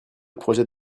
projet